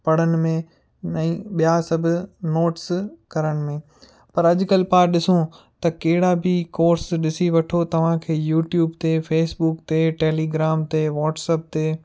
पढ़नि में नई ॿिया सभु नोट्स करण में पर अॼुकल्ह पाणि ॾिसूं त कहिड़ा बि कोर्स ॾिसी वठो तव्हांखे यूट्यूब ते फ़ेसबुक ते टैलीग्राम ते वॉट्सप ते